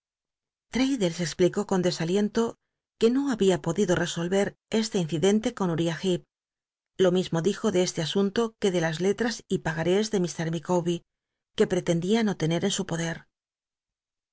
explicó con desaliento que no habia podido resolvcl este incidente co n uriah hcep lo mismo dijo de este asunto que de las letms y pagarés de mr micawbcr que pretendía no lénet en su poder